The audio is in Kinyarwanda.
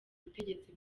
butegetsi